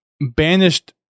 banished